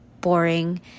boring